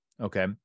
okay